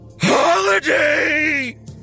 Holiday